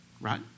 Right